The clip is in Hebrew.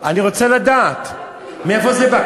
אני רוצה לדעת מאיפה זה בא.